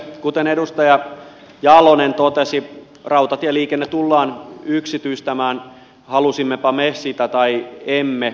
kuten edustaja jalonen totesi rautatieliikenne tullaan yksityistämään halusimmepa me sitä tai emme